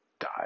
die